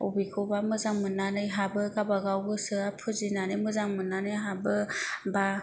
बबेखौबा मोजां मोननानै हाबो गावबागाव गोसोआ फुजिनानै मोजां मोननानै हाबो एबा